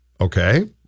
Okay